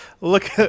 Look